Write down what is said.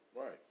Right